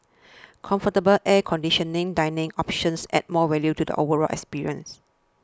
comfortable air conditioning dining option adds more value to the overall experience